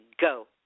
go